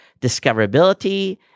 discoverability